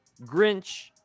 Grinch